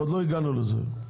עוד לא הגענו לזה.